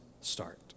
start